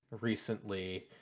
recently